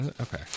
Okay